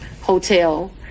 hotel